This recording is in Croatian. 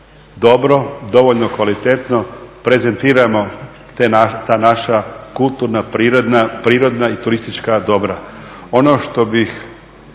dobro, dovoljno kvalitetno prezentiramo ta naša kulturna, prirodna i turistička dobra.